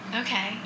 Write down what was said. Okay